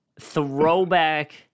throwback